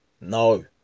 No